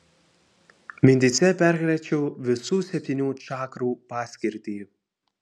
mintyse perkračiau visų septynių čakrų paskirtį